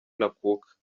ntakuka